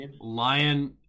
Lion